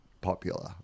popular